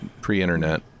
pre-internet